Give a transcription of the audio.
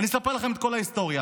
אני אספר לכם את כל ההיסטוריה.